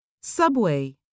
Subway